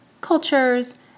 cultures